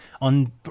on